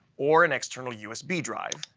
or an external usb drive,